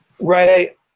Right